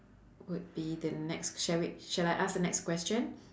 would be the next shall w~ shall I ask the next question